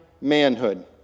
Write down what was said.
manhood